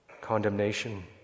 condemnation